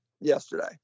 yesterday